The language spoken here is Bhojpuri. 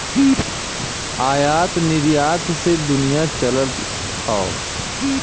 आयात निरयात से दुनिया चलत हौ